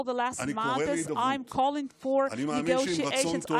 מתוך אחריות לאומית אנחנו חותרים להסכמה חוצת מחנות בתחום הזה,